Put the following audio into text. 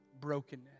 brokenness